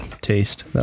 taste